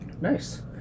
Nice